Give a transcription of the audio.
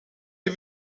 des